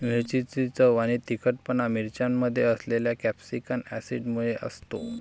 मिरचीची चव आणि तिखटपणा मिरच्यांमध्ये असलेल्या कॅप्सेसिन ऍसिडमुळे असतो